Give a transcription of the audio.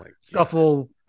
Scuffle